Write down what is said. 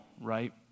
right